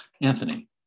Anthony